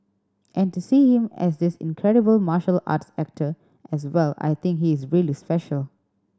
and to see him as this incredible martial arts actor as well I think he's really special